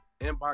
inbox